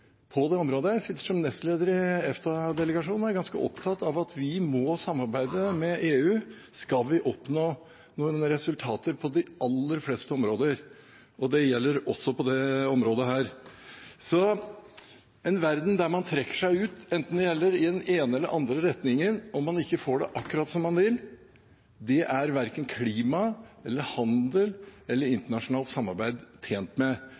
på det området. Jeg sitter som nestleder i EFTA-delegasjonen og er ganske opptatt av at skal vi oppnå noen resultater på de aller fleste områder, må vi samarbeide med EU, og det gjelder også på dette området. En verden der man trekker seg ut, enten det gjelder i den ene eller den andre retningen, om man ikke får det akkurat som man vil, er verken klima, handel eller internasjonalt samarbeid tjent med,